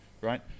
right